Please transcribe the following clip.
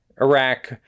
iraq